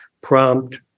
prompt